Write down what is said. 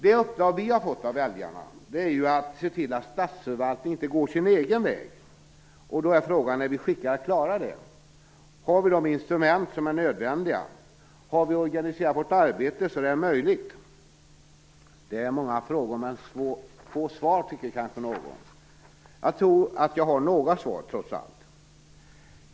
Det uppdrag vi fått av väljarna är att se till att statsförvaltningen inte går sin egen väg. Är vi skickade att klara det? Har vi de instrument som är nödvändiga? Har vi organiserat vårt arbete så det är möjligt? Det är många frågor men få svar, tycker kanske någon. Jag tror att jag har några svar, trots allt.